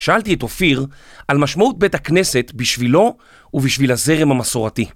שאלתי את אופיר על משמעות בית הכנסת בשבילו ובשביל הזרם המסורתי.